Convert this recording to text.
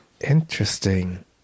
interesting